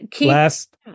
Last